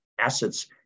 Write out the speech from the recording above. assets